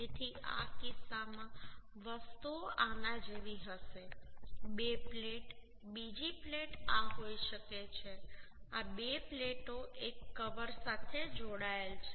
તેથી આ કિસ્સામાં વસ્તુઓ આના જેવી હશે બે પ્લેટ બીજી પ્લેટ આ હોઈ શકે છે આ બે પ્લેટો એક કવર સાથે જોડાયેલ છે